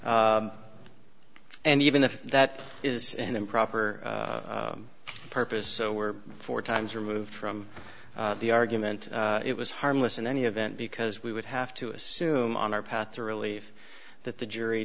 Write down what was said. and even if that is an improper purpose so we're four times removed from the argument it was harmless in any event because we would have to assume on our path or relief that the jury